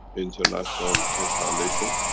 international keshe foundation.